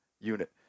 unit